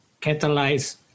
catalyze